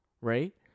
right